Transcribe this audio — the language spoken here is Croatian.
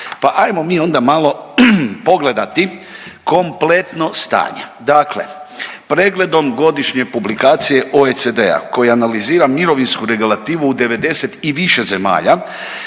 Pa ajmo mi onda malo pogledati kompletno stanje. Dakle pregledom godišnje publikacije OECD-a, koje analizira mirovinsku regulativu i 90 i više zemalja,